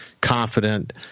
confident